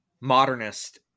modernist